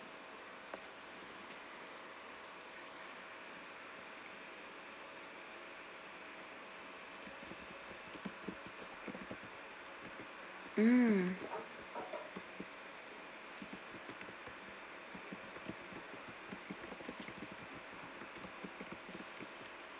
mm